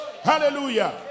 Hallelujah